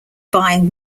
buying